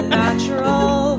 natural